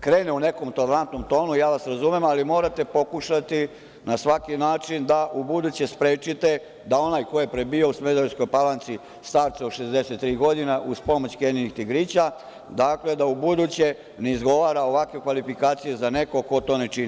krene u nekom tolerantnom tonu, ja vas razumem, ali morate pokušati na svaki način da ubuduće sprečite da, onaj ko je prebio u Smederevskoj Palanci starca od 63 godine uz pomoć Keninih tigrića, izgovara ovakve kvalifikacije za nekog ko to ne čini.